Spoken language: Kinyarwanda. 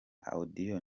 audios